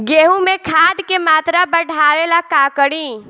गेहूं में खाद के मात्रा बढ़ावेला का करी?